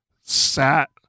sat